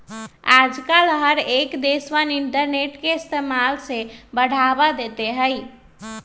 आजकल हर एक देशवन इन्टरनेट के इस्तेमाल से बढ़ावा देते हई